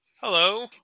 Hello